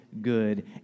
good